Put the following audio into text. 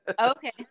okay